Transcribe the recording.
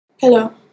Hello